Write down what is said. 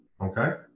okay